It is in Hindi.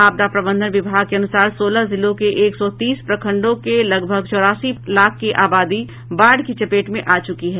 आपदा प्रबंधन विभाग के अनुसार सोलह जिलों के एक सौ तीस प्रखंडों के लगभग चौरासी लाख की आबादी बाढ़ की चपेट में आ चुकी है